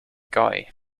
guy